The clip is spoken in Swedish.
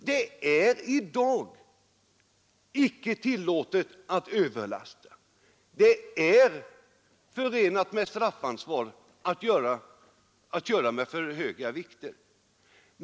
Det är i dag icke tillåtet att överlasta — det är förenat med straffansvar att köra med för höga vikter.